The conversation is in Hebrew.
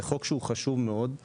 זה חוק שהוא חשוב מאוד.